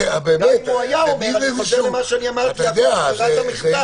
אני חוזר על מה שאמרתי על ברירת המחדל.